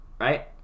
right